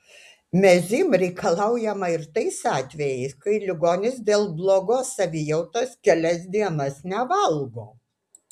mezym reikalaujama ir tais atvejais kai ligonis dėl blogos savijautos kelias dienas nevalgo